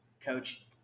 coach